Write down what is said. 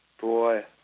Boy